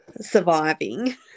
surviving